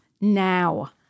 now